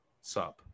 sub